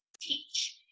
teach